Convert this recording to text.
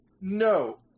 No